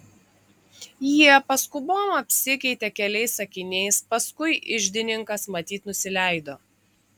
jie paskubom apsikeitė keliais sakiniais paskui iždininkas matyt nusileido